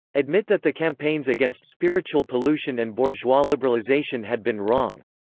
admit that the campaigns against spiritual pollution and bourgeois liberalization had been wrong.